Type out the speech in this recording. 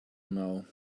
now